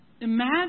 imagine